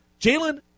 Jalen